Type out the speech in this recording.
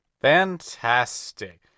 Fantastic